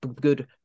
good